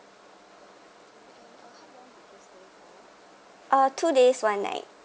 uh two days one night